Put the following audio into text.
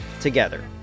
together